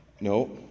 no